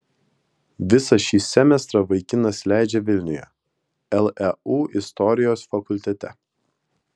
visą šį semestrą vaikinas leidžia vilniuje leu istorijos fakultete